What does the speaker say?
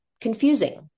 confusing